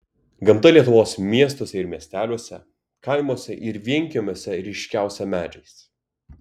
gamta lietuvos miestuose ir miesteliuose kaimuose ir vienkiemiuose ryškiausia medžiais